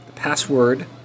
Password